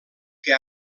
que